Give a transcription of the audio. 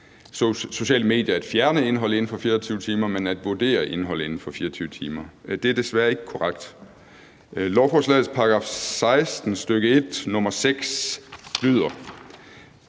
sociale medier at fjerne indhold inden for 24 timer, men at vurdere indhold inden for 24 timer. Det er desværre ikke korrekt. Lovforslagets § 16, stk. 1, nr. 6 lyder: